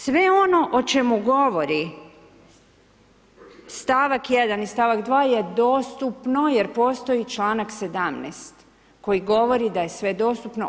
Sve ono o čemu govori stavak 1 i stavak 2 je dostupno jer postoji članak 17., koji govori da je sve dostupno.